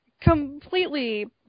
completely